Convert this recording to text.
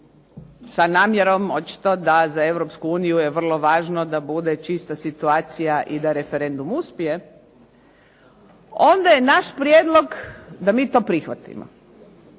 sa namjerom očito da za Europsku uniju je vrlo važno da bude čista situacija i da referendum uspije onda je naš prijedlog da mi to prihvatimo